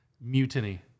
Mutiny